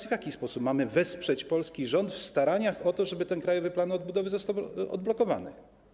W jaki sposób mamy wesprzeć polski rząd w staraniach o to, żeby ten Krajowy Plan Odbudowy został odblokowany?